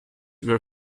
were